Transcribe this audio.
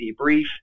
debrief